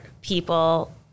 people